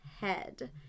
head